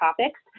topics